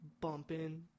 bumping